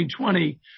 2020